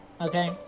okay